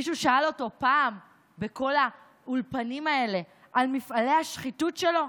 מישהו שאל אותו פעם בכל האולפנים האלה על מפעלי השחיתות שלו?